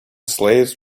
slaves